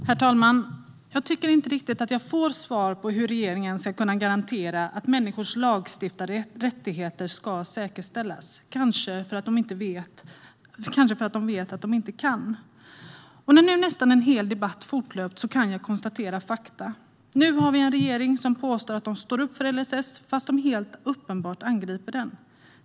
Herr talman! Jag tycker inte riktigt att jag får svar på hur regeringen ska kunna garantera att människors lagstiftade rättigheter ska säkerställas. Kanske beror det på att regeringen vet att den inte kan göra det. När nu nästan en hel debatt förlöpt kan jag konstatera fakta. Vi har en regering som påstår att den står upp för LSS, fast den helt uppenbart angriper den.